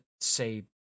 say